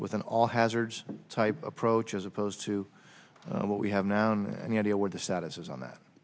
with an all hazards type approach as opposed to what we have now and the idea what the status is on that